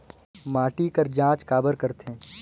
माटी कर जांच काबर करथे?